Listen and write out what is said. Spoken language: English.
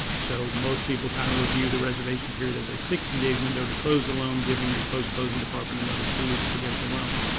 so, most people kind of the reservation period as a sixty day window to close the loan, giving your post closing department another two weeks to get the loan.